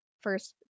first